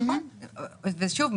שוב,